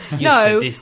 No